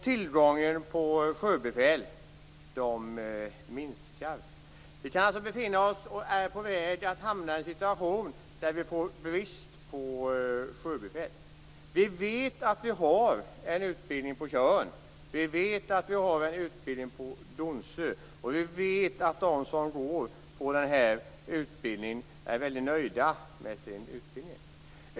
Tillgången på sjöbefäl minskar. Vi är på väg att hamna i en situation där det råder brist på sjöbefäl. Det finns en utbildning på Tjörn och på Donsö. De som går på dessa utbildningar är väldigt nöjda.